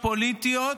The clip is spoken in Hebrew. פוליטיות,